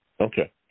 Okay